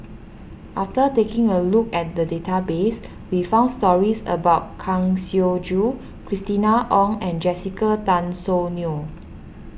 after taking a look at the database we found stories about Kang Siong Joo Christina Ong and Jessica Tan Soon Neo